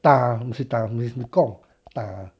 hmm